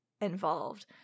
involved